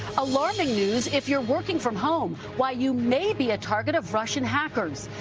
alarming news if you are working from home. why you may be a target of russian hackers.